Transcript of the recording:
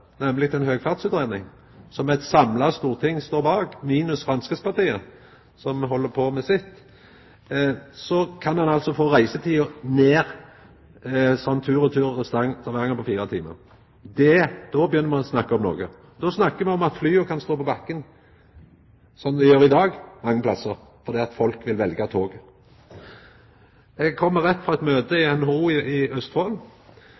er blitt ei høgfartsutgreiing, som eit samla storting står bak, minus Framstegspartiet, som held på med sitt – kan ein få reisetida ned til tur-retur Stavanger på fire timar. Då begynner ein å snakka om noko. Då snakkar me om at flya kan stå på bakken, slik dei gjer i dag mange plassar, fordi folk vil velja tog. Eg kjem rett frå eit møte i NHO i Østfold,